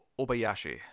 Obayashi